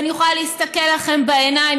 ואני יכולה להסתכל לכם בעיניים,